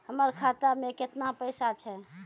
हमर खाता मैं केतना पैसा छह?